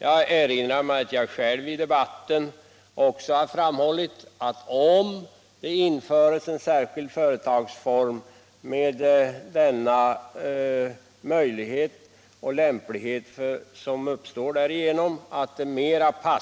Jag erinrar mig att jag själv i debatten också har framhållit att om det infördes en särskild företagsform som var mera lämpad